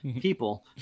people